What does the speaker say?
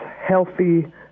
healthy